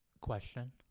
Question